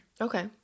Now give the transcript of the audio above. Okay